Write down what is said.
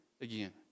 again